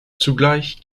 zugleich